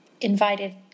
invited